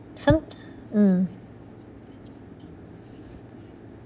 some mm